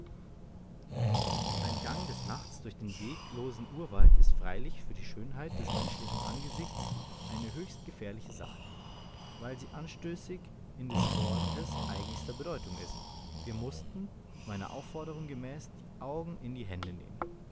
ein gang des nachts durch den weglosen urwald ist freilich für die schönheit des menschlichen angesichts eine höchst gefährliche sache weil sie anstößig in des wortes eigenster bedeutung ist wir mußten meiner aufforderung gemäß die augen in die hände nehmen